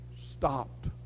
stopped